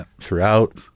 throughout